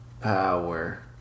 power